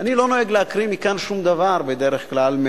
אני לא נוהג להקריא מכאן שום דבר בדרך כלל,